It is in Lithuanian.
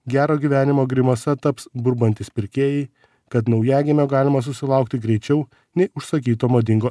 gero gyvenimo grimasa taps burbantys pirkėjai kad naujagimio galima susilaukti greičiau nei užsakyto madingo